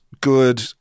good